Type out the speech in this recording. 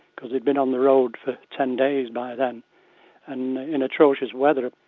because they'd been on the road for ten days by then and in atrocious weather,